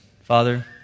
Father